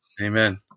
amen